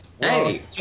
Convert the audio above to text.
Hey